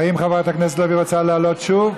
האם חברת הכנסת לביא רוצה לעלות שוב?